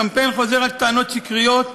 הקמפיין חוזר על טענות שקריות,